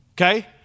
Okay